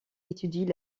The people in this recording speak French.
étudie